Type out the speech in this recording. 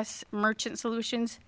s merchant solutions